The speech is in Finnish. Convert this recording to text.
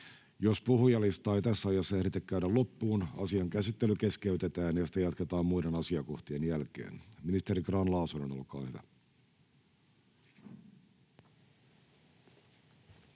Jos puhujalistaa ei tässä ajassa ehditä käydä loppuun, asian käsittely keskeytetään ja sitä jatketaan muiden asiakohtien jälkeen. — Ministeri Grahn-Laasonen, olkaa hyvä.